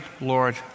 Lord